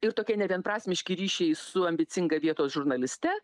ir tokie nevienprasmiški ryšiai su ambicinga vietos žurnaliste